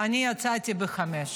אני יצאתי ב-17:00.